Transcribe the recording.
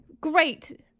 Great